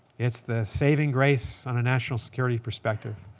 it's the saving grace on a national security perspective.